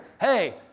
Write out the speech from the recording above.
Hey